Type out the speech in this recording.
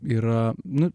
yra nu